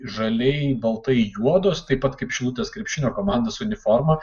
žaliai baltai juodos taip pat kaip šilutės krepšinio komandos uniformą